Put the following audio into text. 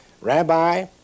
Rabbi